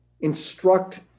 Instruct